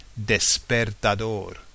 despertador